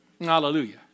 Hallelujah